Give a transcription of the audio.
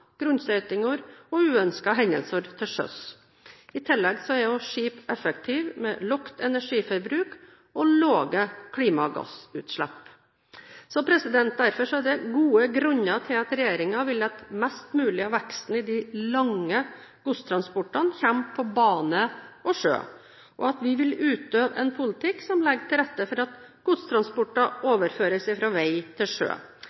grunnstøtinger og uønskede hendelser til sjøs. I tillegg er skip effektive – med lavt energiforbruk og lave klimagassutslipp. Derfor er det gode grunner til at regjeringen vil at mest mulig av veksten i de lange godstransportene kommer på bane og sjø, og at vi vil utøve en politikk som legger til rette for at godstransporter overføres fra vei til sjø.